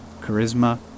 Charisma